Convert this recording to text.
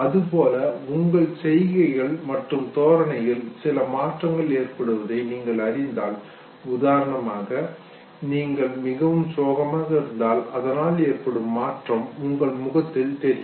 அதுபோல உங்கள் செய்கைகள் மற்றும் தோரணையில் சில மாற்றங்கள் ஏற்படுவதை நீங்கள் அறிந்தால் உதாரணமாக நீங்கள் மிகவும் சோகமாக இருந்தால் அதனால் ஏற்படும் மாற்றம் உங்கள் முகத்தில் தெரியும்